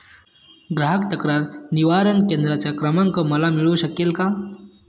ग्राहक तक्रार निवारण केंद्राचा क्रमांक मला मिळू शकेल का?